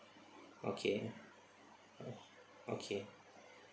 okay okay